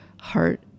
heart